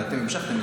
אבל אתם המשכתם,